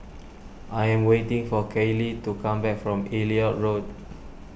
I am waiting for Kailey to come back from Elliot Road